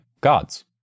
gods